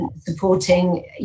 supporting